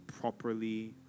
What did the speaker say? properly